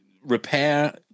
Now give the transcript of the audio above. repair